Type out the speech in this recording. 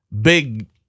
big